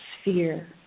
sphere